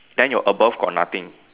then your above got nothing